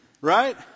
Right